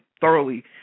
thoroughly